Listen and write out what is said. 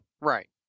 Right